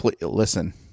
listen